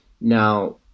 Now